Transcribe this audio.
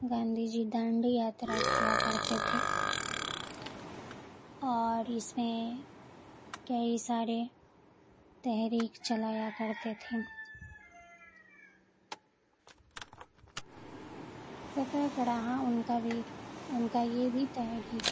گاندھی جی دانڈی یاترا کیا کرتے تھے اور اس میں کئی سارے تحریک چلایا کرتے تھے ستیہ گرہ ان کا بھی ان کا یہ بھی تحرییک